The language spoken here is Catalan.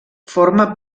forma